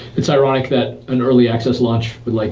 it's ironic that an early access launch would, like,